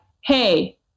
hey